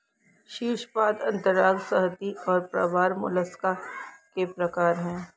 शीर्शपाद अंतरांग संहति और प्रावार मोलस्का के प्रकार है